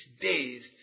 days